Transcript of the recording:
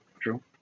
true